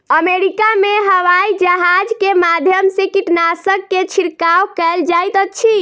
America में हवाईजहाज के माध्यम से कीटनाशक के छिड़काव कयल जाइत अछि